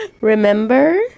Remember